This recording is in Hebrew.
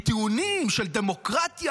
כי טיעונים של דמוקרטיה